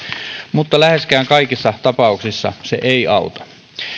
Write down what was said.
mutta läheskään kaikissa tapauksissa se ei auta